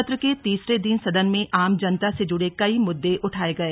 सत्र के तीसरे दिन सदन में आम जनता से जुड़े कई मुद्दे उठाये गए